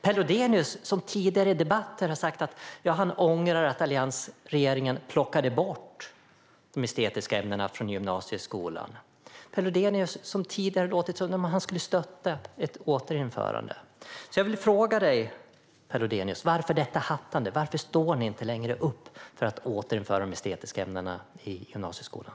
Per Lodenius har i tidigare debatter sagt att han ångrar att alliansregeringen plockade bort de estetiska ämnena från gymnasieskolan. Per Lodenius har tidigare låtit som att han skulle stötta ett återinförande. Jag vill fråga dig, Per Lodenius: Varför detta hattande? Varför står ni inte längre upp för att återinföra de estetiska ämnena i gymnasieskolan?